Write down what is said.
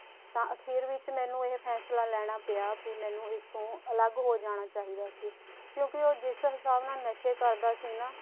ਤਾਂ ਅਖੀਰ ਵਿੱਚ ਮੈਨੂੰ ਇਹ ਫੈਸਲਾ ਲੈਣਾ ਪਿਆ ਵੀ ਮੈਨੂੰ ਇਸ ਤੋਂ ਅਲੱਗ ਹੋ ਜਾਣਾ ਚਾਹੀਦਾ ਸੀ ਕਿਉਂਕਿ ਉਹ ਜਿਸ ਹਿਸਾਬ ਨਾਲ ਨਸ਼ੇ ਕਰਦਾ ਸੀ ਨਾ